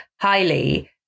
highly